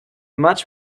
much